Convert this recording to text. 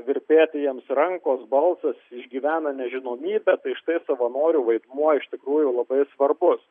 virpėti jiems rankos balsas išgyvena nežinomybę tai štai savanorių vaidmuo iš tikrųjų labai svarbus